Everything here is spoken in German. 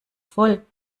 voll